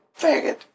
faggot